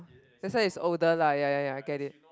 that's why it's older lah ya ya ya I get it